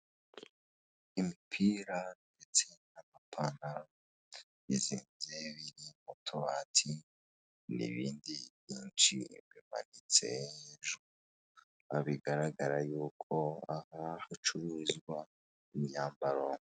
Imipira ndetse n'amapantaro bizinze biri mu tubati n'ibindi byinshi bimanitse hejuru bigaragara yuko aha hacururizwa imyambaro.